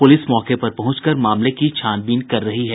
police मौके पर पहुंचकर मामले की छानबीन कर रही है